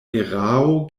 erao